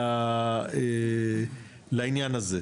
לעניין הזה.